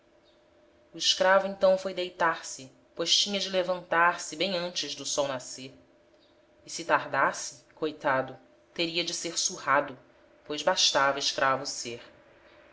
o escravo então foi deitar-se pois tinha de levantar-se bem antes do sol nascer e se tardasse coitado teria de ser surrado pois bastava escravo ser